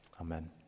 amen